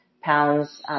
pounds